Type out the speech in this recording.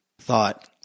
thought